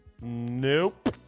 Nope